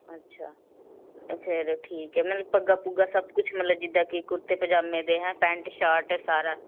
ਅੱਛਾ ਫਿਰ ਠੀਕ ਹੈ ਮਤਲਬ ਪੱਗਾਂ ਪੁੱਗਾਂ ਸਭ ਕੁਛ ਮਤਲਬ ਜਿੱਦਾਂ ਕਿ ਕੁੜਤੇ ਪਜਾਮੇ ਦੇ ਪੈਂਟ ਸ਼ਰਟ ਸਾਰਾ